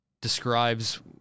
describes